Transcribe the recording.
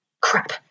crap